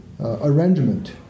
arrangement